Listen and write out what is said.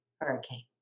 Hurricane